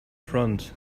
front